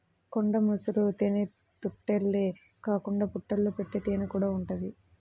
కొండ ముసురు తేనెతుట్టెలే కాకుండా పుట్టల్లో పెట్టే తేనెకూడా ఉంటది